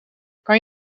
kan